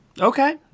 Okay